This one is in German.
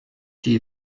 die